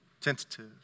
tentative